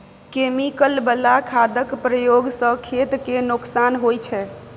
chemical बला खादक प्रयोग सँ खेत केँ नोकसान होइ छै